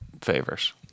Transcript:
favors